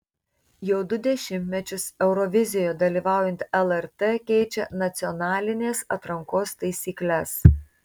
jau du dešimtmečius eurovizijoje dalyvaujanti lrt keičia nacionalinės atrankos taisykles